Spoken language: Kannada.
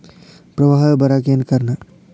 ಪ್ರವಾಹ ಬರಾಕ್ ಏನ್ ಕಾರಣ?